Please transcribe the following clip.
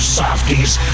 softies